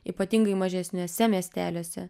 ypatingai mažesniuose miesteliuose